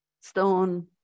stone